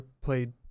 played